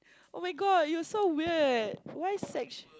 oh-my-God you're so weird why sex